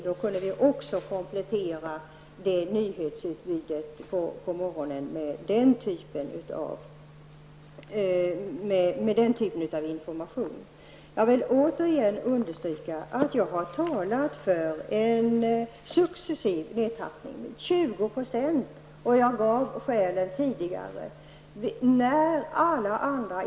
Vi skulle då kunna komplettera nyhetsutbudet på morgonen med den typen av information. Jag vill återigen understryka att jag har talat för en successiv nedtrappning med 20 %, och jag har tidigare givit skälen härför.